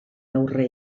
aurre